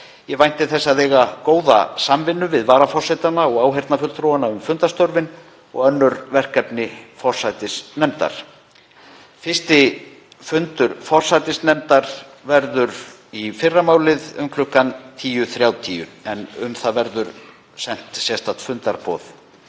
Ég vænti þess að eiga góða samvinnu við varaforsetana og áheyrnarfulltrúana um fundarstörfin og önnur verkefni forsætisnefndar. Fyrsti fundur forsætisnefndar verður í fyrramálið um klukkan 10.30 en um það verður sent sérstakt fundarboð